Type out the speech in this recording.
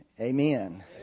Amen